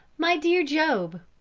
my dear job,